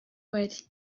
bari